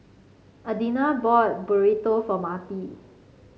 Adina bought Burrito for Marti